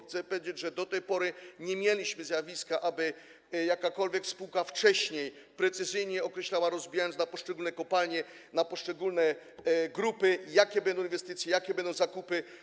Chcę powiedzieć, że do tej pory nie mieliśmy tego, aby jakakolwiek spółka wcześniej precyzyjnie określała, rozbijając na poszczególne kopalnie, na poszczególne grupy, jakie będą inwestycje, jakie będą zakupy.